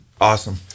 awesome